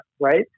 right